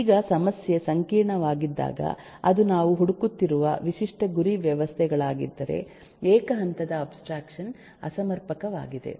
ಈಗ ಸಮಸ್ಯೆ ಸಂಕೀರ್ಣವಾಗಿದ್ದಾಗ ಅದು ನಾವು ಹುಡುಕುತ್ತಿರುವ ವಿಶಿಷ್ಟ ಗುರಿ ವ್ಯವಸ್ಥೆಗಳಾಗಿದ್ದರೆ ಏಕ ಹಂತದ ಅಬ್ಸ್ಟ್ರಾಕ್ಷನ್ ಅಸಮರ್ಪಕವಾಗಿದೆ